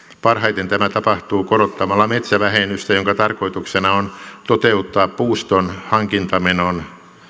parhaiten tämä tapahtuu korottamalla metsävähennystä jonka tarkoituksena on toteuttaa puuston hankintamenon